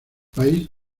país